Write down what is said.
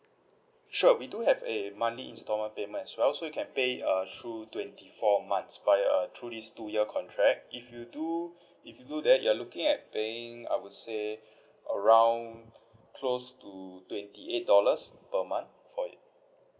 sure we do have a monthly instalment payment as well so you can pay uh through twenty four months via uh through this two year contract if you do if you do that you're looking at paying I would say around close to twenty eight dollars per month for it